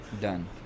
Done